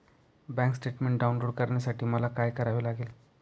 Bank statement download करण्यासाठी मला काय करावे लागेल?